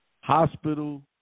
hospital